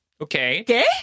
Okay